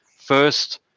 first